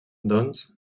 doncs